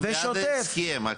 אנחנו בעד ההסכם,